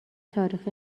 تاریخ